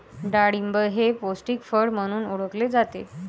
डाळिंब हे पौष्टिक फळ म्हणून ओळखले जाते